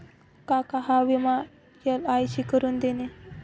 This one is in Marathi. काका हा विमा एल.आय.सी करून देते